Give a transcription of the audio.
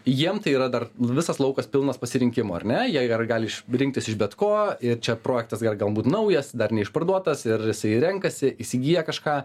jiem tai yra dar visas laukas pilnas pasirinkimų ar ne jei ar gali iš rinktis iš bet ko ir čia projektas dar gal galbūt naujas dar neišparduotas ir jisai renkasi įsigyja kažką